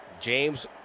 James